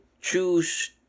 choose